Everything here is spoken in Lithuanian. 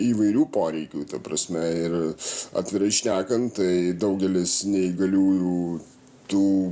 įvairių poreikių ta prasme ir atvirai šnekant daugelis neįgaliųjų tų